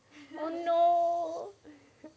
oh no